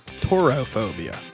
Torophobia